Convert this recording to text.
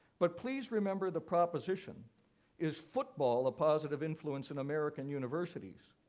but please remember the proposition is football a positive influence on american universities?